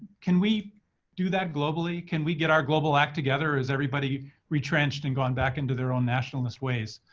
can we do that globally? can we get our global act together or is everybody retrenched and gone back into their own nationalist ways?